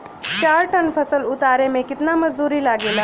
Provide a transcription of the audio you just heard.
चार टन फसल उतारे में कितना मजदूरी लागेला?